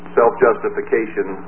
self-justification